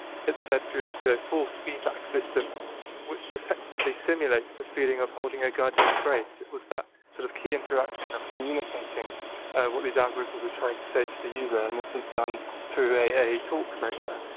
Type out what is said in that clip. it's fed through to a force feedback system which effectively simulates the feeling of holding a guide dog's brace, it was that sort of key interaction of communicating what these algorithms were trying to say to the user and this is done through a a talk motor.